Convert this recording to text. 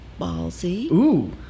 ballsy